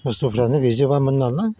बुस्थुफ्रानो गैजोबामोन नालाय